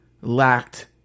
lacked